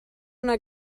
una